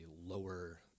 lower